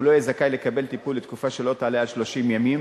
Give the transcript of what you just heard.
והוא לא יהיה זכאי לקבל טיפול לתקופה שלא תעלה על 30 ימים,